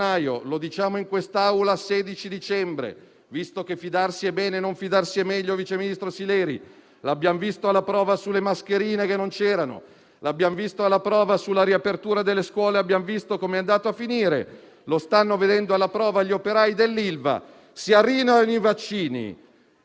abbiamo visto alla prova sulla riapertura delle scuole e abbiamo visto com'è andata a finire, lo stanno vedendo alla prova gli operai dell'Ilva - se arrivano i vaccini e non possiamo somministrarli perché mancano aghi e siringhe, facciamo il male del Paese. È tutto sotto controllo?